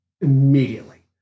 immediately